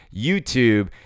YouTube